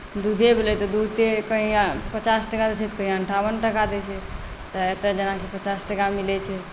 दूधे भेलै तऽ दूध कहीँ पचास टाका दैत छै तऽ कहीँ अन्ठाबन टाका दैत छै तऽ एतय जेनाकि पचास टाका मिलैत छै